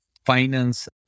finance